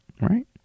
Right